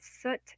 soot